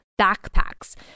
backpacks